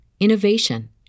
innovation